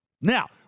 Now